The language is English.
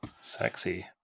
Sexy